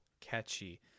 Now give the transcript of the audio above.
catchy